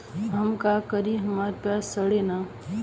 हम का करी हमार प्याज सड़ें नाही?